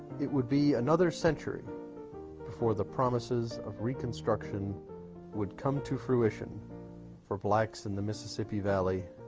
it would be another century before the promises of reconstruction would come to fruition for blacks in the mississippi valley,